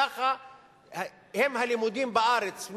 ככה הם הלימודים בארץ.